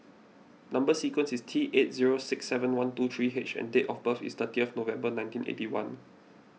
Number Sequence is T eight zero six seven one two three H and date of birth is thirty November nineteen eighty one